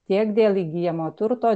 tiek dėl įgyjamo turto